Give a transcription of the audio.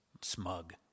smug